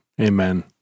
Amen